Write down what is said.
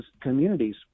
communities